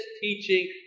teaching